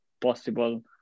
possible